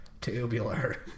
tubular